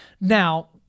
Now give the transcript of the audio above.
Now